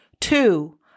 Two